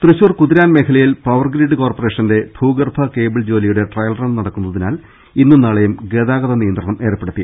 തൃശൂർ കുതിരാൻ മേഖലയിൽ പവർഗ്രിഡ് കോർപ്പറേഷന്റെ ഭൂഗർഭ കേബിൾ ജോലിയുടെ ട്രയൽ റൺ നടക്കുന്നതിനാൽ ഇന്നും നാളെയും ഗതാ ഗത നിയന്ത്രണം ഏർപ്പെടുത്തി